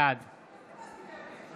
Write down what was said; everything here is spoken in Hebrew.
בעד